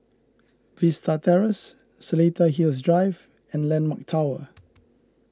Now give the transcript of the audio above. Vista Terrace Seletar Hills Drive and Landmark Tower